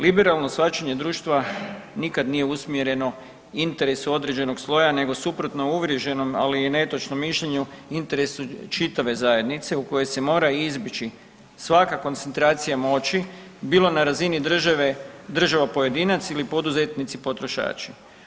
Liberalno shvaćanje društva nikad nije usmjereno interesu određenog sloja nego suprotno uvriježenom, ali i netočnom mišljenju, interesu čitave zajednice, u koje se mora izbjeći svaka koncentracija moći, bilo na razini država-pojedinac ili poduzetnici-potrošači.